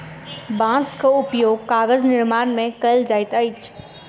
बांसक उपयोग कागज निर्माण में कयल जाइत अछि